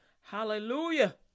Hallelujah